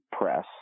press